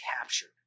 captured